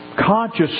Conscious